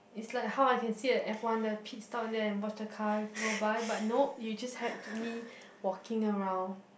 it's like how can I see a F one the pit stop and then watch the car roll by but nope you just had to me walking around